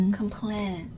complain